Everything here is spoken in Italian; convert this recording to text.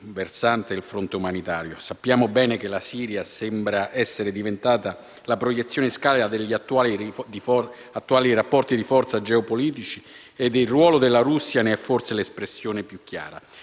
versante umanitario. Sappiamo che la Siria sembra essere diventata la proiezione in scala degli attuali rapporti di forza geopolitici e il ruolo della Russia ne è forse l'espressione più chiara.